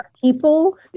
people